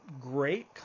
great